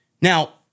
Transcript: Now